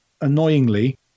annoyingly